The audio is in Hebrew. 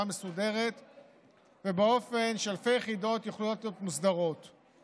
מסודרת ובאופן שאלפי יחידות יכולות להיות מוסדרות.